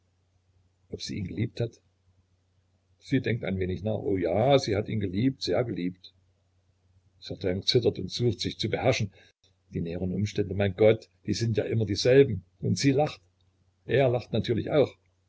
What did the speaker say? ob sie ihn geliebt hatte sie denkt ein wenig nach o ja sie hat ihn geliebt sehr geliebt certain zittert und sucht sich zu beherrschen die näheren umstände mein gott die sind ja immer dieselben und sie lacht er lacht natürlich auch